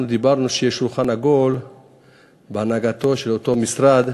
אנחנו דיברנו על כך שיהיה שולחן עגול בהנהגתו של אותו משרד,